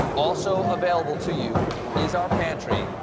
also available to you is our pantry.